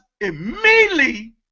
immediately